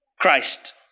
Christ